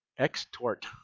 Extort